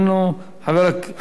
חברת הכנסת